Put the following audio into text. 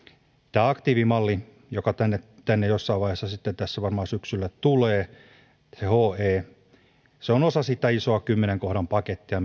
tämä aktiivimalli joka tänne tänne jossain vaiheessa varmaan syksyllä tulee henä on osa sitä isoa kymmenennen kohdan pakettia